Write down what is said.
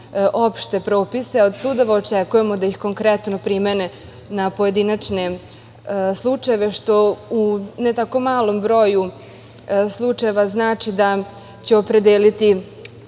opšte propise, a od sudova očekujemo da ih konkretno primene na pojedinačne slučajeve, što u ne tako malom broju slučajeva znači da će opredeliti